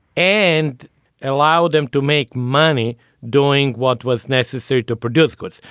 and it allowed them to make money doing what was necessary to produce goods.